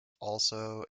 also